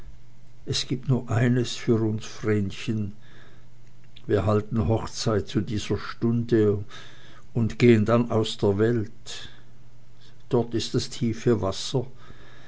es gibt eines für uns vrenchen wir halten hochzeit zu dieser stunde und gehen dann aus der welt dort ist das tiefe wasser